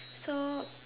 so